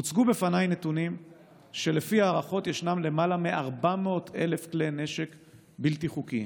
הוצגו בפניי נתונים שלפי הערכות יש יותר מ-400,000 כלי נשק בלתי חוקיים.